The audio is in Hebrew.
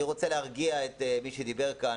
אני רוצה להרגיע את מי שדיבר כאן,